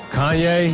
Kanye 、